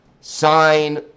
sign